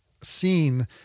seen